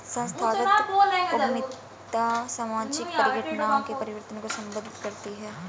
संस्थागत उद्यमिता सामाजिक परिघटनाओं के परिवर्तन को संबोधित करती है